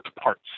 parts